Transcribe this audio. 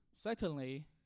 Secondly